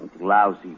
Lousy